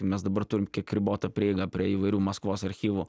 mes dabar turim kiek ribotą prieigą prie įvairių maskvos archyvų